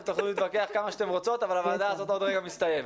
ותוכלו להתווכח כמה שאתן רוצות אבל הוועדה הזאת עוד רגע מסתיימת.